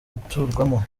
guturwamo